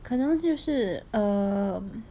可能就是 um